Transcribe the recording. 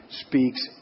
speaks